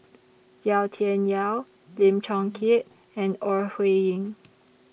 Yau Tian Yau Lim Chong Keat and Ore Huiying